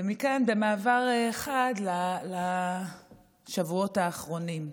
ומכאן, במעבר חד, לשבועות האחרונים.